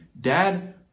Dad